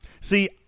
See